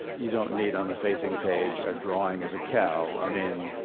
you don't need on the facing page a drawing of a cow. i mean,